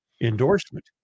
endorsement